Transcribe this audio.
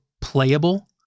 playable